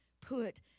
put